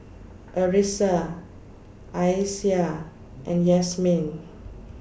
Arissa Aisyah and Yasmin